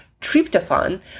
tryptophan